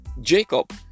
Jacob